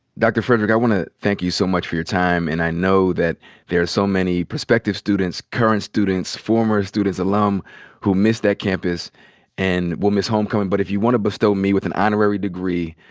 dr. frederick, i want to thank you so much for your time. and i know that there are so many prospective students, current students, former students, alum who miss that campus and will miss homecoming. but if you want to bestow me with an honorary degree,